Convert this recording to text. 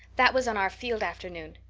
that was on our field afternoon.